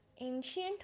ancient